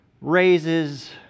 raises